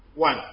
One